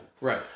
Right